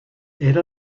era